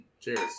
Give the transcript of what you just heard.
Cheers